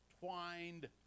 twined